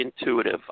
intuitive